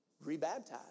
rebaptized